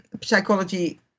psychology